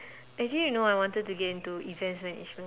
actually you know I wanted to get into events management